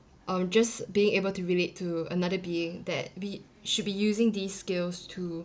or just being able to relate to another being that we should be using these skills to